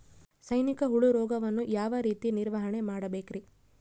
ಸೈನಿಕ ಹುಳು ರೋಗವನ್ನು ಯಾವ ರೇತಿ ನಿರ್ವಹಣೆ ಮಾಡಬೇಕ್ರಿ?